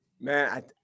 Man